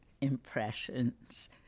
impressions